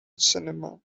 cinema